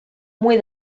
muy